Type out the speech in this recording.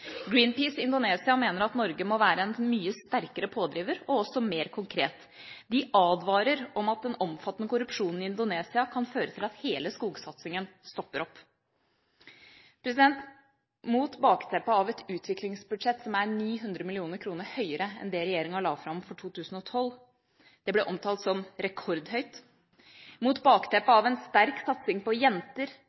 Indonesia mener at Norge må være en mye sterkere pådriver, og også mer konkret. De advarer om at den omfattende korrupsjonen i Indonesia kan føre til at hele skogsatsingen stopper opp. Mot bakteppet av et utviklingsbudsjett som er 900 mill. kr høyere enn det regjeringa la fram for 2012 – det ble omtalt som rekordhøyt – mot bakteppet av en sterk satsing på jenter,